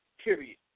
Period